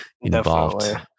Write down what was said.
involved